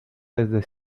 desde